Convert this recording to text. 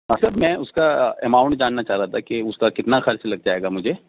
ہاں سر میں اس کا اماؤنٹ جاننا چاہ رہا تھا کہ اس کا کتنا خرچ لگ جائے گا مجھے